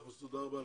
תודה רבה.